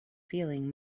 feeling